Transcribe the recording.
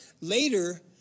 Later